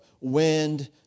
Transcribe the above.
wind